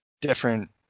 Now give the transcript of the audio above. different